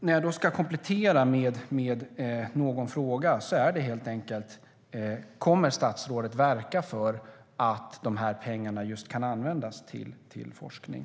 När jag då ska komplettera med någon fråga blir den helt enkelt: Kommer statsrådet att verka för att pengarna kan användas till forskning?